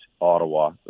Ottawa